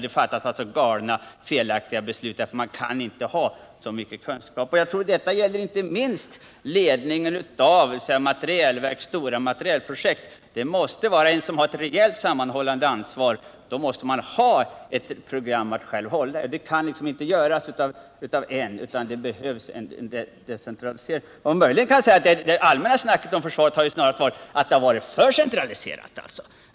Det fattas felaktiga beslut. Så få kan inte ha så mycket kunskap. Detta gäller inte minst ledningen för stora materielprojekt. Det måste inom olika områden finnas ett rejält sammanhållande ansvar. Det kan inte göras av en, utan det behövs en decentralisering. Det allmänna talet om försvaret är snarast att det har varit för centraliserat.